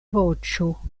voĉo